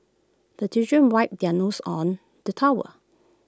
the children wipe their noses on the towel